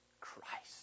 Christ